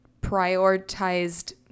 prioritized